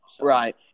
Right